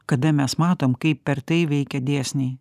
kada mes matom kaip per tai veikia dėsniai